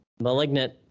*Malignant*